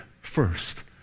first